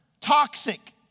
toxic